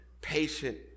patient